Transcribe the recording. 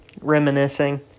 reminiscing